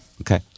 Okay